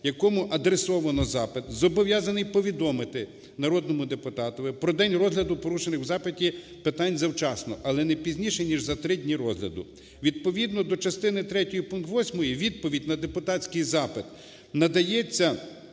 якому адресовано запит, зобов'язаний повідомити народному депутатові про день розгляду порушених в запиті питань завчасно, але не пізніше ніж за 3 дні розгляду. Відповідно до частини третьої пункту 8 відповідь на депутатський запит надається